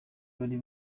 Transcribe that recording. bari